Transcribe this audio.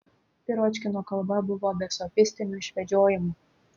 piročkino kalba buvo be sofistinių išvedžiojimų